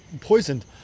poisoned